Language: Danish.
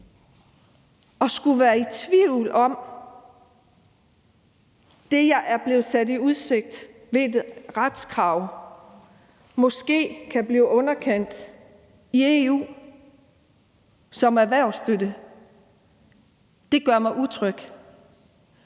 at skulle være i tvivl om, om det, jeg er blevet stillet i udsigt ved et retskrav, måske kan blive underkendt i EU som erhvervsstøtte. Det gør mig utryg.